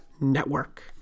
network